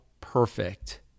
perfect